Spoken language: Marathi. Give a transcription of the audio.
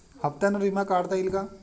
हप्त्यांवर विमा काढता येईल का?